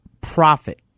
profit